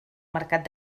mercat